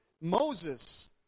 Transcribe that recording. Moses